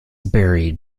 buried